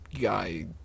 guy